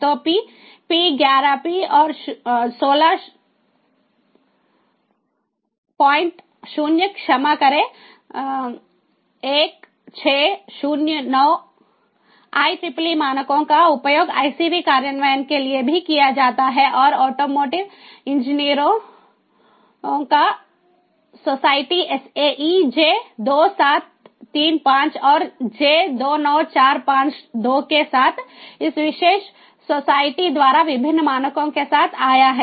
तो P 11 P और 160 क्षमा करें 1609 IEEE मानकों का उपयोग ICV कार्यान्वयन के लिए भी किया जाता है और ऑटोमोटिव इंजीनियरों का सोसाइटी SAE J 2735 और J 29452 के साथ इस विशेष सोसाइटी द्वारा विभिन्न मानकों के साथ आया है